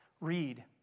Read